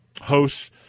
hosts